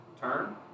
turn